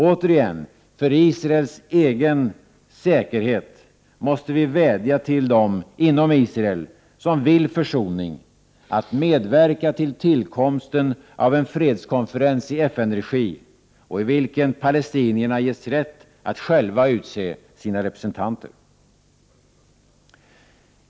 Återigen, för Israels egen säkerhet, måste vi vädja till dem inom Israel som vill försoning att medverka till tillkomsten av en fredskonferens i FN-regi, i vilken palestinierna ges rätt att själva utse sina representanter.